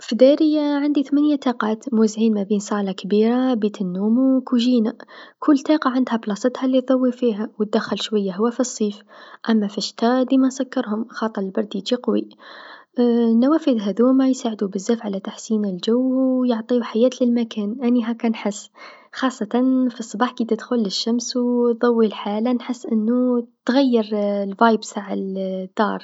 في داري عندي ثمنيا تاقات موزعين بين صاله كبيرا بيت النوم و كوزينا، كل تاقه عندها بلاصتها لضوي فيها و دخل شويا هوا في الصيف، أما في الشتا ديما نسكرهم خاطر البرد يشق وي، النوافذ هذوما يساعدو بزاف على تحسين الجو و يعطيو حياة للمكان، أني هاكا نحس خاصة في الصباح كتدخل الشمس و ضوي الحاله نحس أنو تغير الفايب نتع الدار.